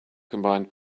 combined